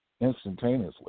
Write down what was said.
instantaneously